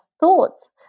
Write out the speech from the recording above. Thoughts